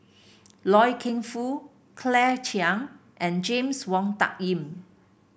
Loy Keng Foo Claire Chiang and James Wong Tuck Yim